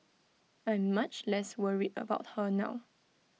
I'm much less worried about her now